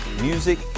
music